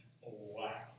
Wow